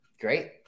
great